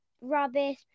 rubbish